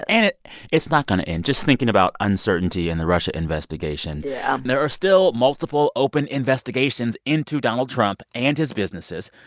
and it's not going to end just thinking about uncertainty and the russia investigation. yeah there are still multiple open investigations into donald trump and his businesses.